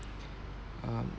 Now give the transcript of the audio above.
um